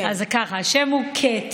אז ככה, השם הוא קֵטי,